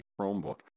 chromebook